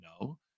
No